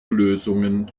lösungen